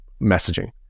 messaging